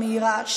המהירה,